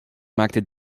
maakte